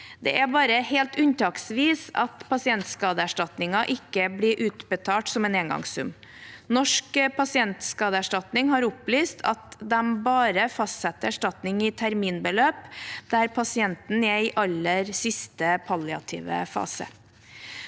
Det er bare helt unntaksvis at pasientskadeerstatninger ikke blir utbetalt som en engangssum. Norsk pasientskadeerstatning har opplyst at de bare fastsetter erstatningen i terminbeløp der pasienten er i aller siste palliative fase.